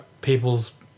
people's